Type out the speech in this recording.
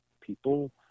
people